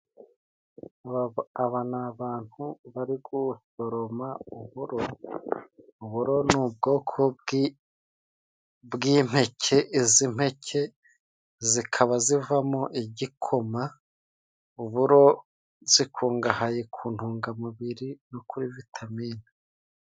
Aba ni abantu bari gusoroma uburo, uburo ni ubwoko bw'impeke, izi mpeke zikaba zivamo igikoma. Uburo zikungahaye ku ntungamubiri no kuri vitamine.